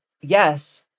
yes